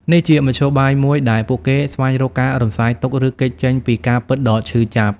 នេះជាមធ្យោបាយមួយដែលពួកគេស្វែងរកការរំសាយទុក្ខ ឬគេចចេញពីការពិតដ៏ឈឺចាប់។